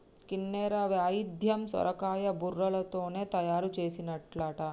కిన్నెర వాయిద్యం సొరకాయ బుర్రలతోనే తయారు చేసిన్లట